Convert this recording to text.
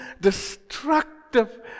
destructive